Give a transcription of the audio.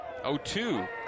0-2